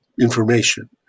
information